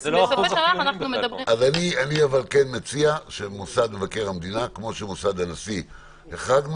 אני כן מציע שכמו שהחרגנו את מוסד נשיא המדינה,